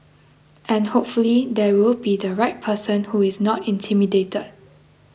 and hopefully there will be the right person who is not intimidated